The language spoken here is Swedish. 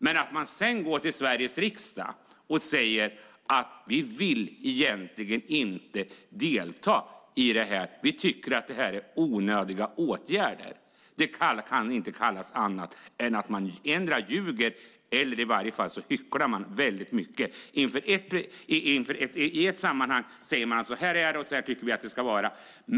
Men sedan går några till Sveriges riksdag och säger att de egentligen inte vill delta i det här utan tycker att det är onödiga åtgärder. Då kan det inte kallas annat än att de endera ljuger eller hycklar väldigt mycket. I ett sammanhang säger de att så här är det, och så tycker vi att det ska vara.